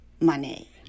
money